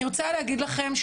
אני רוצה להגיד לכם,